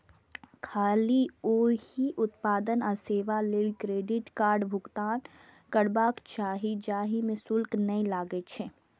खाली ओइ उत्पाद आ सेवा लेल क्रेडिट कार्ड सं भुगतान करबाक चाही, जाहि मे शुल्क नै लागै छै